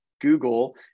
Google